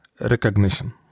recognition